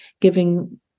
giving